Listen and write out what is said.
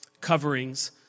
coverings